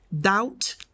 doubt